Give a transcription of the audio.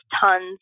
tons